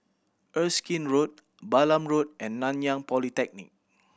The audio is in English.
Erskine Road Balam Road and Nanyang Polytechnic